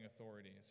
authorities